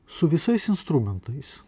su visais instrumentais